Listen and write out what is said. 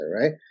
right